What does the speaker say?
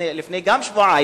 גם לפני שבועיים,